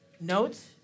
notes